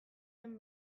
den